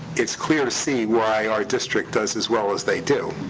it's clear to see why our district does as well as they do.